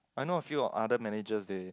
I know a few of other manager they